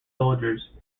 soldiers